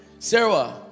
Sarah